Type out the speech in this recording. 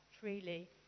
freely